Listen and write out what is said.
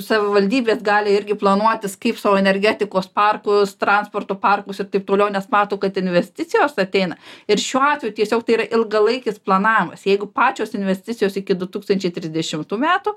savivaldybės gali irgi planuotis kaip savo energetikos parkus transporto parkus ir taip toliau nes mato kad investicijos ateina ir šiuo atveju tiesiog tai yra ilgalaikis planavimas jeigu pačios investicijos iki du tūkstančiai trisdešimtų metų